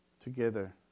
together